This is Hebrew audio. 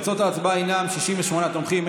תוצאות ההצבעה הן 68 תומכים,